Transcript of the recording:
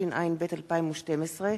התשע”ב 2012,